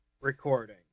recording